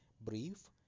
brief